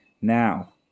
Now